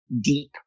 deep